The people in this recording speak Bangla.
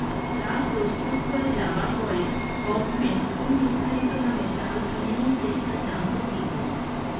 চাল প্রস্তুত হয়ে যাবার পরে গভমেন্ট কোন নির্ধারিত দামে চাল কিনে নিচ্ছে সেটা জানবো কি করে?